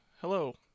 hello